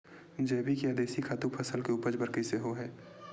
जैविक या देशी खातु फसल के उपज बर कइसे होहय?